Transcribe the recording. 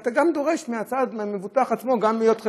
ואתה דורש גם מהמבוטח עצמו להיות,